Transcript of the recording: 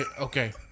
Okay